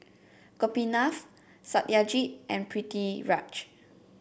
Gopinath Satyajit and Pritiviraj